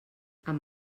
amb